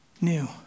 new